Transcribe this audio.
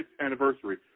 anniversary